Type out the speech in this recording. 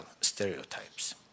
stereotypes